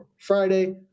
Friday